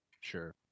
Sure